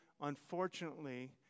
unfortunately